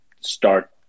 start